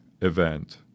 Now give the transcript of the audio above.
event